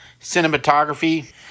cinematography